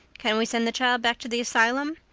can we send the child back to the asylum?